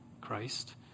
Christ